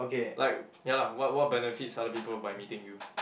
like ya lah what what benefits other people by meeting you